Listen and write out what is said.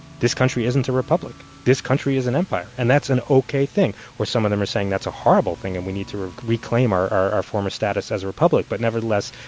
this country isn't a republic. this country is an empire. and that's an ok thing. or some of them are saying that's a horrible thing, and we need to reclaim our our former status as a republic. but nevertheless,